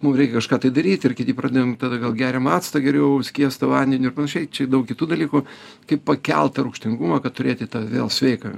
mum reikia kažką tai daryt ir kiti pradedam tada gal geriam actą geriau skiestą vandeniu ir panašiai čia daug kitų dalykų kaip pakelt tą rūgštingumą kad turėti vėl sveiką